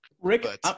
Rick